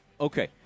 Okay